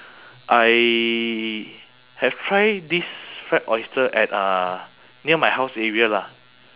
I have try this fried oyster at uh near my house area lah